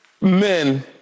men